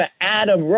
Adam